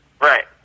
Right